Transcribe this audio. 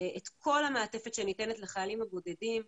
את כל המעטפת שניתנת לחיילים הבודדים,